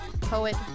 poet